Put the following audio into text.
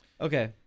Okay